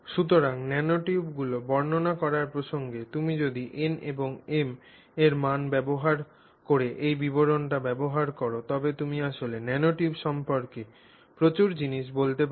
সুতরাং ন্যানোটিউবগুলি বর্ণনা করার প্রসঙ্গে তুমি যদি n এবং m এর মান ব্যবহার করে এই বিবরণটি ব্যবহার কর তবে তুমি আসলে ন্যানোটিউব সম্পর্কে প্রচুর জিনিস বলতে পারবে